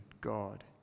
God